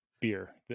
beer